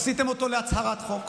עשיתם אותו להצהרת חוק.